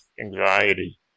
anxiety